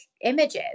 images